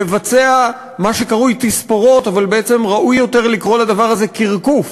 לבצע מה שקרוי "תספורות" אבל בעצם ראוי יותר לקרוא לדבר הזה קרקוף